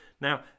Now